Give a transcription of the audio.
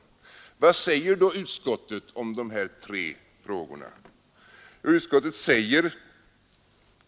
Vad säger då utskottet om dessa tre frågor?